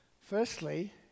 Firstly